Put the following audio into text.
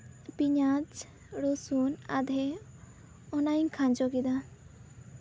ᱯᱮᱸᱭᱟᱡ ᱨᱟᱹᱥᱩᱱ ᱟᱫᱷᱮ ᱚᱱᱟᱧ ᱠᱷᱟᱸᱡᱚ ᱠᱮᱫᱟ